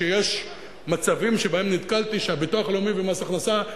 שיש מצבים שבהם נתקלתי שהביטוח הלאומי ומס הכנסה,